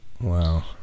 Wow